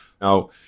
Now